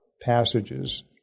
passages